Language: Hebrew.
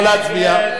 נא להצביע.